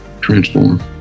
transform